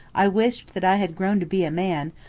i wished that i had grown to be a man,